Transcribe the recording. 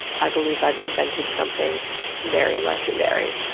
i believe i've invented something very legendary.